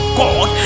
god